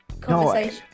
conversation